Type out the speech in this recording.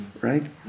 right